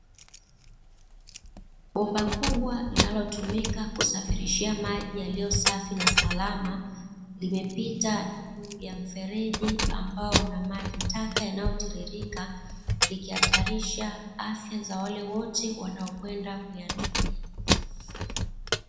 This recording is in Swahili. Bomba kubwa linalotumika kusafirishia maji yaliyo safi na salama limepita juu ya mfereji, ambao una maji taka yanayotiririka, likihatarisha afya za wale wote wanaokwenda kuyatumia.